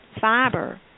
fiber